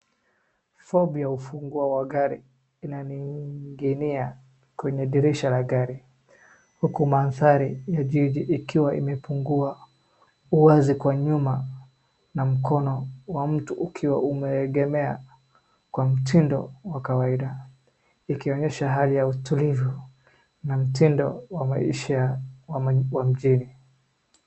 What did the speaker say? Fobia ya ufunguo wa gari inaning'inia kwenye dirisha la gari. Huku mandhari ya jiji ikiwa imepungua. Uwazi kwa nyuma na mkono wa mtu ukiwa umeegemea kwa mtindo wa kawaida. Ikionyesha hali ya utulivu na mtindo wa maisha wa mjini.